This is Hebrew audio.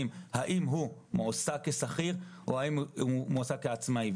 האם הוא מועסק כשכיר או האם הוא מועסק כעצמאי.